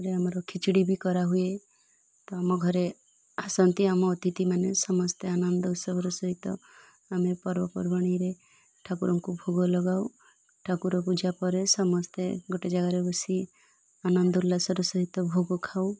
ଆମର ଖୋଚୁଡ଼ି ବି କରାହୁଏ ତ ଆମ ଘରେ ଆସନ୍ତି ଆମ ଅତିଥି ମାନେ ସମସ୍ତେ ଆନନ୍ଦ ଉତ୍ସବର ସହିତ ଆମେ ପର୍ବପର୍ବାଣିରେ ଠାକୁରଙ୍କୁ ଭୋଗ ଲଗାଉ ଠାକୁର ପୂଜା ପରେ ସମସ୍ତେ ଗୋଟେ ଜାଗାରେ ବସି ଆନନ୍ଦ ଉଲ୍ଲାସର ସହିତ ଭୋଗ ଖାଉ